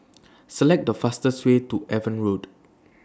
Select The fastest Way to Avon Road